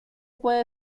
puede